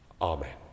Amen